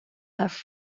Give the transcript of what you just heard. have